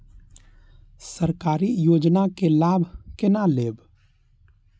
सरकारी योजना के लाभ केना लेब?